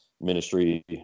ministry